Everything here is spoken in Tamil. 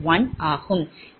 1 ஆகும்